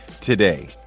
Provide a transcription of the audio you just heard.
Today